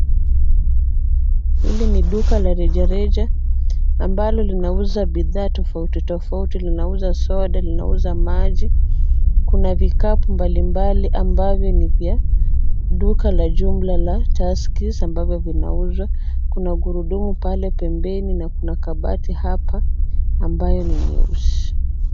Hili ni duka la rejareja, ambalo linauza bidhaa tofauti tofauti, linauza soda, linauza maji, kuna vikapu mbalimbali ambavyo ni vya duka la jumla la Tuskys ambavyo vinauza . Kuna gurudumu pale pembeni na kuna kabati hapa, ambayo ni nyeusi.